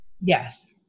yes